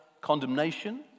condemnation